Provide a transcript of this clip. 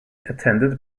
attended